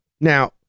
now